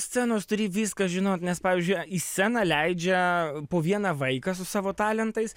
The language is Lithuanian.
scenos turi viską žinot nes pavyzdžiui į sceną leidžia po vieną vaiką su savo talentais